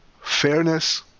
fairness